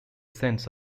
saints